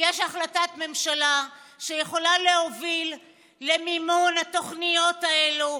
יש החלטת ממשלה שיכולה להוביל למימון התוכניות האלו.